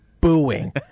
booing